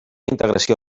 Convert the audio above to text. integració